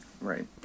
Right